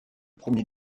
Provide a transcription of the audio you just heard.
premier